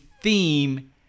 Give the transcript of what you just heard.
theme